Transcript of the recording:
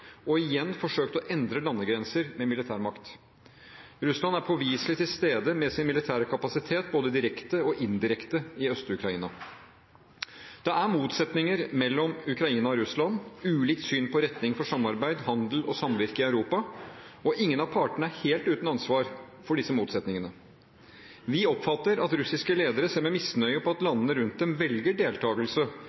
og igjen forsøkt å endre landegrenser med militærmakt. Russland er påviselig til stede med sin militære kapasitet både direkte og indirekte i Øst-Ukraina. Det er motsetninger mellom Ukraina og Russland, ulikt syn på retning for samarbeid, handel og samvirke i Europa, og ingen av partene er helt uten ansvar for disse motsetningene. Vi oppfatter at russiske ledere ser med misnøye på at landene rundt dem velger deltakelse